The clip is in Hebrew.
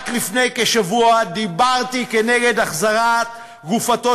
רק לפני כשבוע דיברתי כנגד החזרת גופתו